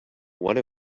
one